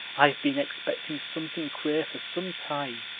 i've been expecting something queer for some time.